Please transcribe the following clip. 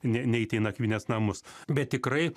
ne neiti į nakvynės namus bet tikrai